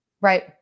Right